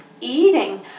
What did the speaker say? eating